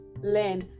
learn